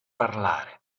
parlare